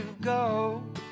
go